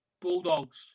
Bulldogs